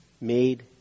made